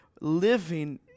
living